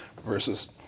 versus